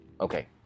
Okay